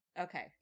Okay